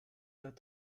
that